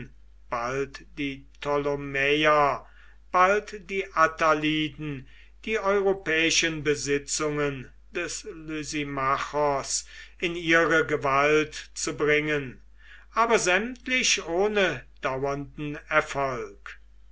bald die ptolemäer bald die attaliden die europäischen besitzungen des lysimachos in ihre gewalt zu bringen aber sämtlich ohne dauernden erfolg